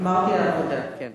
אמרתי "העבודה", כן,